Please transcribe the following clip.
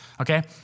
Okay